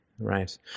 Right